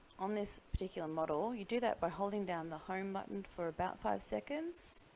on this particular model you do that by holding down the home button for about five seconds